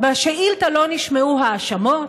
בשאילתה לא נשמעו האשמות,